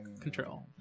control